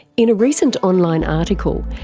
in a recent online article,